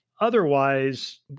Otherwise